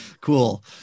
Cool